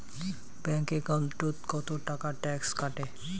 Bank একাউন্টত কতো টাকা ট্যাক্স কাটে?